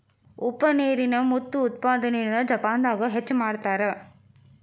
ಉಪ್ಪ ನೇರಿನ ಮುತ್ತು ಉತ್ಪಾದನೆನ ಜಪಾನದಾಗ ಹೆಚ್ಚ ಮಾಡತಾರ